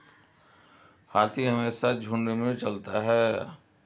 हाथी हमेशा झुंड में चलता है